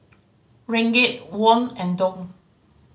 Ringgit Won and Dong